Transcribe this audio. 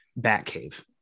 Batcave